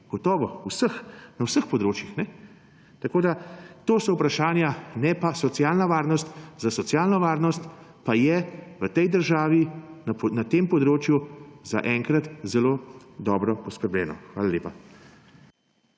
gotovo, na vseh področjih. To so vprašanja, ne pa socialna varnost. Za socialno varnost pa je v tej državi na tem področju zaenkrat zelo dobro poskrbljeno. Hvala lepa.